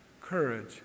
courage